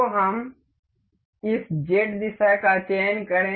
तो हम इस Z दिशा का चयन करें